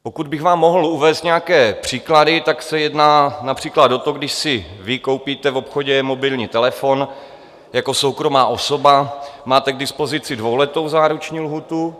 Pokud bych vám mohl uvést nějaké příklady, tak se jedná například o to, když si koupíte v obchodě mobilní telefon, jako soukromá osoba máte k dispozici dvouletou záruční lhůtu...